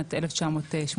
משנת 1988,